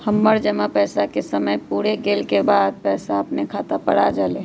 हमर जमा पैसा के समय पुर गेल के बाद पैसा अपने खाता पर आ जाले?